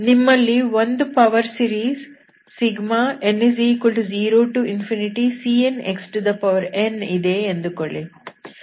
ನಿಮ್ಮಲ್ಲಿ ಒಂದು power series n0cnxn ಇದೆ ಎಂದುಕೊಳ್ಳಿ